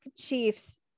chiefs